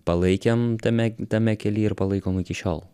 palaikėm tame tame kely ir palaikom iki šiol